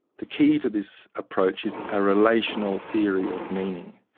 the key to this approach is a relational theory of meaning,